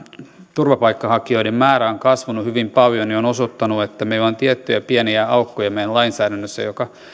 turvapaikanhakijoiden määrä on kasvanut hyvin paljon on osoittanut että meillä on tiettyjä pieniä aukkoja meidän lainsäädännössä mikä